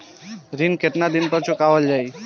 ऋण केतना दिन पर चुकवाल जाइ?